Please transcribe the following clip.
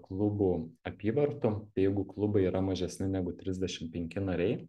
klubų apyvartų tai jeigu klubai yra mažesni negu trisdešim penki nariai